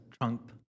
Trump